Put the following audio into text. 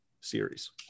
series